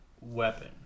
weapon